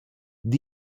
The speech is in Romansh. dad